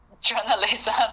journalism